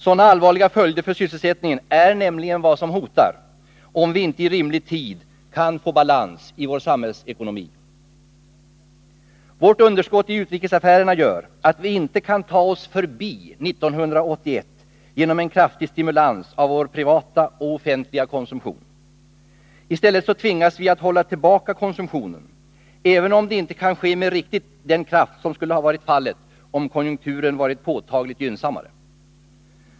Sådana allvarliga följder för sysselsättningen är nämligen vad som hotar, om vi inte i rimlig tid kan få balans i vår samhällsekonomi. Vårt underskott i utrikesaffärerna gör att vi inte kan ta oss förbi 1981 genom en kraftig stimulans av vår privata och offentliga konsumtion. I stället tvingas vi hålla tillbaka konsumtionen, även om det inte kan ske med riktigt den kraft som skulle ha varit fallet om konjunkturen varit påtagligt gynnsammare.